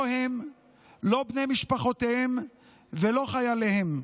לא הם, לא בני משפחותיהם ולא חייליהם.